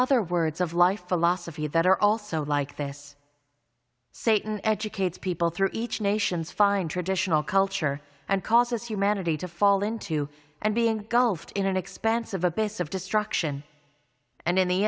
other words of life philosophy that are also like this satan educates people through each nations find traditional culture and causes humanity to fall into and being gulf in an expanse of a base of destruction and in the